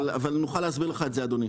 אבל נוכל להסביר לך את זה אדוני.